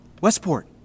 Westport